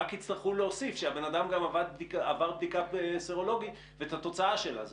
רק יצטרכו להוסיף שהבן אדם גם עבר בדיקה סרולוגית ואת התוצאה שלה.